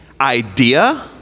idea